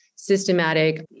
systematic